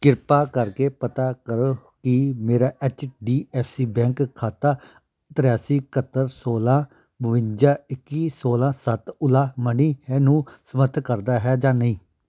ਕਿਰਪਾ ਕਰਕੇ ਪਤਾ ਕਰੋ ਕਿ ਮੇਰਾ H D F C bank ਖਾਤਾ ਤ੍ਰਿਆਸੀ ਇਕਹੱਤਰ ਸੋਲਾਂ ਬਵੰਜਾ ਇੱਕੀ ਸੋਲਾਂ ਸੱਤ ਓਲਾ ਮਨੀ ਹੈ ਨੂੰ ਸਮਰਥ ਕਰਦਾ ਹੈ ਜਾਂ ਨਹੀਂ